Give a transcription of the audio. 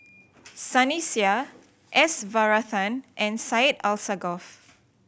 Sunny Sia S Varathan and Syed Alsagoff